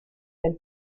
del